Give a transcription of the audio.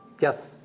Yes